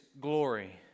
glory